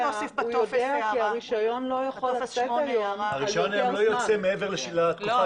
הרישיון לא יוצא מעבר לתקופה.